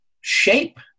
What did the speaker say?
shape